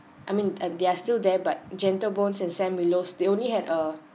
I mean and they are still there but gentle bones and sam willows they only had uh